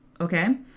okay